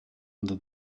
under